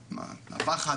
הפחד,